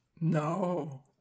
No